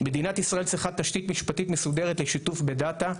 מדינת ישראל צריכה תשתית משפטית מסודרת לשיתוף בדאטה,